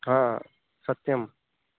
हा सत्यं